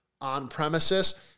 on-premises